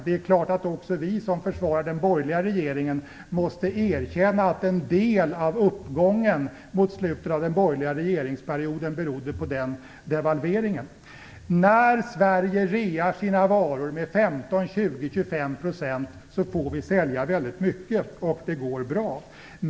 De är klart att även vi, som försvarar den borgerliga regeringen, måste erkänna att en del av uppgången mot slutet av den borgerliga regeringsperioden berodde på den devalveringen. När Sverige rear sina varor med 15-25 % får vi sälja väldigt mycket, och det går bra.